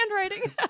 handwriting